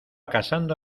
casando